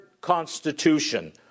constitution